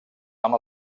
amb